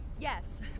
Yes